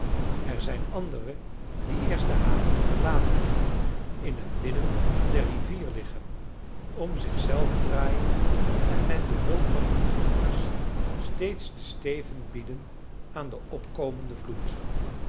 er zijn anderen die eerst de haven verlaten in het midden der rivier liggen om zich zelf draaien en met behulp van hun ankers steeds den steven bieden aan den opkomenden vloed